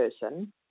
person